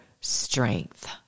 strength